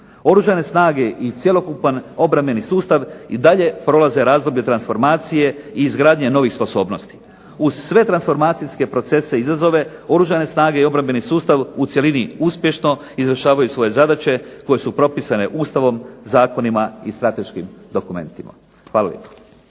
Oružane snage i cjelokupan obrambeni sustav i dalje prolaze razdoblje transformacije i izgradnje novih sposobnosti. Uz sve transformacijske procese i izazove Oružane snage i obrambeni sustav u cjelini uspješno izvršavaju svoje zadaće koje su propisane Ustavom, zakonima i strateškim dokumentima. Hvala